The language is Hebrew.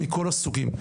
מכל הסוגים.